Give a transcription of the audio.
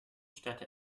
städte